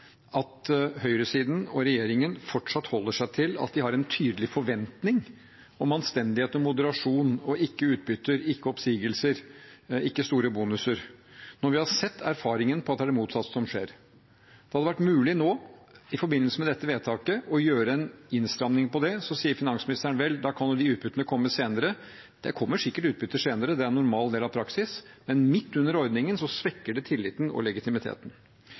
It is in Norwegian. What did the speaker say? at høyresiden og regjeringen fortsatt holder seg til at de har en tydelig forventning om anstendighet og moderasjon og ikke om utbytter, ikke oppsigelser og ikke store bonuser, når vi har sett erfaringen med at det er det motsatte som skjer. Det hadde vært mulig nå, i forbindelse med dette vedtaket, å gjøre en innstramning på det. Så sier finansministeren at da kan de utbyttene komme senere. Det kommer sikkert utbytter senere, det er normal del av praksis, men midt under ordningen svekker det tilliten og legitimiteten.